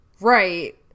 Right